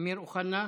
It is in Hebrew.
אמיר אוחנה.